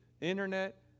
internet